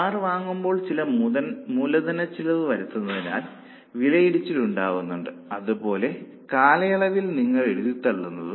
car വാങ്ങുമ്പോൾ ചില മൂലധനച്ചെലവ് വരുത്തിയതിനാൽ വിലയിടിച്ചിൽ ഉണ്ടായിട്ടുണ്ട് അത് ചെറിയ കാലയളവിൽ നിങ്ങൾ എഴുതിത്തള്ളും